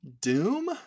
Doom